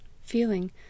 feeling